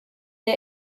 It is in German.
der